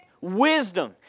wisdom